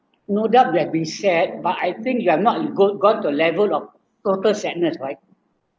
no doubt that be sad but I think you are not you got got to a level of total sadness right